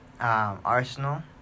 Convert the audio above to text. Arsenal